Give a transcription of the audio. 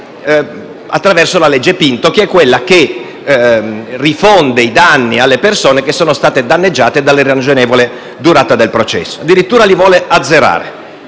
attraverso la legge Pinto, che è quella che rifonde i danni alle persone che sono state danneggiate dalla irragionevole durata del processo: addirittura, li vuole azzerare.